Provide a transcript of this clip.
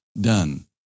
done